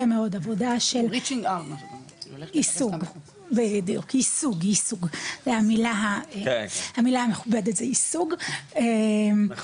מאוד עבודה של יישוג מהמילה המכובדת זה יישוג --- מכובדת?